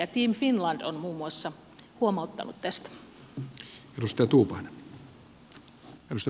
muun muassa team finland on huomauttanut tästä